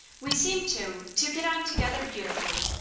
we seem to to get on together beautifully.